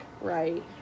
right